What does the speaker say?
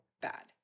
bad